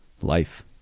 life